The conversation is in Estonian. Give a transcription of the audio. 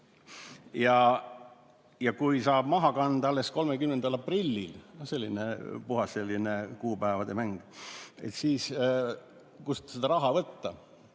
ja kui saab maha kanda alles 30. aprillil, no puhas kuupäevade mäng, siis kust seda raha võtta.